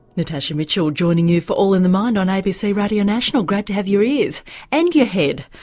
natasha mitchell joining you for all in the mind on abc radio national, great to have your ears and your head.